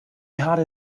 harder